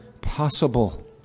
possible